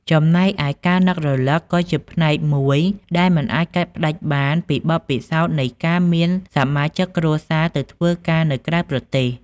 ចំណែកឯ ការនឹករលឹកក៏ជាផ្នែកមួយដែលមិនអាចកាត់ផ្តាច់បានពីបទពិសោធន៍នៃការមានសមាជិកគ្រួសារទៅធ្វើការនៅក្រៅប្រទេស។